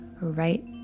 right